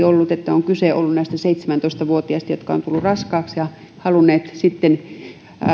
ollut että on kyse ollut näistä seitsemäntoista vuotiaista jotka ovat tulleet raskaaksi ja halunneet sitten